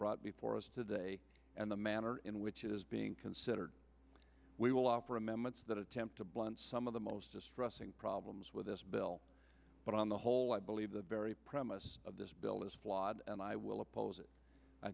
brought before us today and the manner in which it is being considered we will offer amendments that attempt to blunt some of the most distressing problems with this bill but on the whole i believe the very premise of this bill is flawed and i will oppose it i